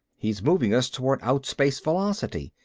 he's moving us toward outspace velocity.